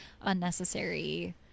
unnecessary